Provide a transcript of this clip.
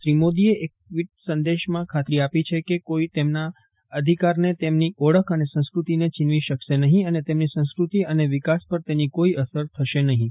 શ્રી મોદીએ એક ટ્વિટ સંદેશમાં ખાતરી આપી છે કે કોઈ તેમના અધિકારને તેમની ઓળખ અને સંસ્કૃતિને છીનવી શકશે નફીં અને તેમની સંસ્કૃતિ અને વિકાસ પર તેની કોઈ અસર થશે નફીં